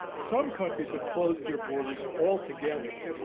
some countries have closed their borders altogether,